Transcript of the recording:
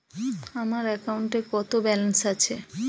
আমার অ্যাকাউন্টে কত ব্যালেন্স আছে?